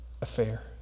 affair